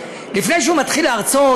לפני שהוא מתחיל להרצות,